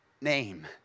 name